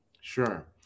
Sure